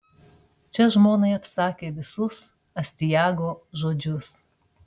čia žmonai apsakė visus astiago žodžius